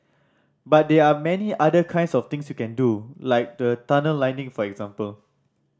but there are many other kinds of things you can do like the tunnel lining for example